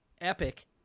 epic